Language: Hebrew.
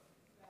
בבקשה.